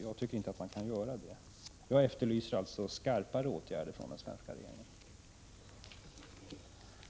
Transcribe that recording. Jag tycker inte att man kan göra det, utan efterlyser skarpare åtgärder från den svenska regeringens sida.